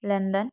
London